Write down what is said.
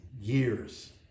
years